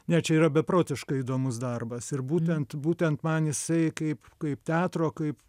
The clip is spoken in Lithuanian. ne čia yra beprotiškai įdomus darbas ir būtent būtent man jisai kaip kaip teatro kaip